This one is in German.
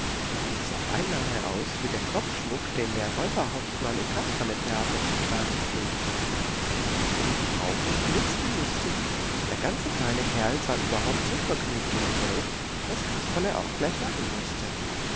es sah beinahe aus wie der kopfschmuck den der räuberhauptmann im kasperletheater zu tragen pflegte des buben augen blitzten lustig der ganze kleine kerl sah überhaupt so vergnügt in die welt daß kasperle auch gleich lachen mußte